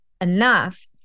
enough